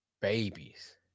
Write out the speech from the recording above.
babies